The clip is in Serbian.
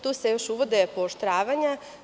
Tu se još uvode pooštravanja.